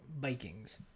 Vikings